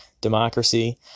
democracy